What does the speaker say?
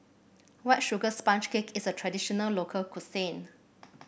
White Sugar Sponge Cake is a traditional local cuisine